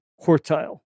quartile